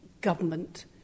government